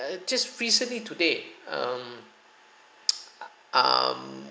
just recently today um uh um